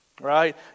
right